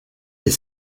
est